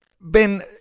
Ben